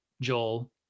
joel